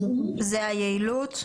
זה היעילות?